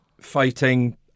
fighting